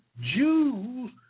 Jews